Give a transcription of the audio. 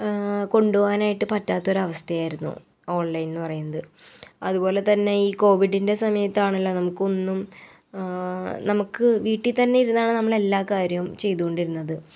കൊണ്ട് പോകാനായിട്ട് പറ്റാത്തൊരവസ്ഥയായിരുന്നു ഓൺ ലൈൻന്ന് പറയുന്നത് അത്പോലെ തന്നെ ഈ കോവിഡിൻ്റെ സമയത്താണല്ലോ നമുക്കൊന്നും നമുക്ക് വീട്ടിത്തന്നെ ഇരുന്നാണ് നമ്മളെല്ലാ കാര്യവും ചെയ്തോണ്ടിരുന്നത്